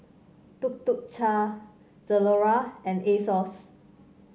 Tuk Tuk Cha Zalora and Asos